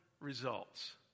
results